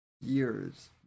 years